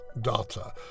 data